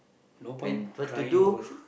no point crying over s~ uh